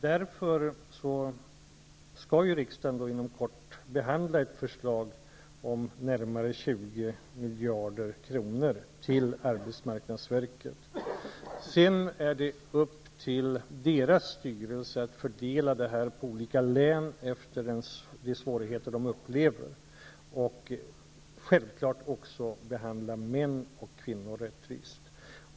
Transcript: Därför skall riksdagen inom kort behandla ett förslag om närmare 20 miljarder kronor till arbetsmarknadsverket. Sedan är det upp till arbetsmarknadsverkets styrelse att fördela dessa pengar på olika län efter de svårigheter som de upplever, och självfallet skall den behandla män och kvinnor rättvist.